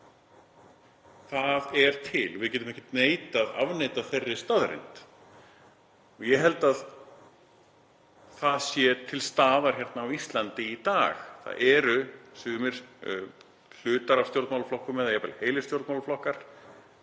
Það er til. Við getum ekkert afneitað þeirri staðreynd. Ég held að það sé til staðar hérna á Íslandi í dag. Það eru sumir hlutar af stjórnmálaflokkum eða jafnvel heilir stjórnmálaflokkar